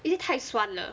is it 太酸了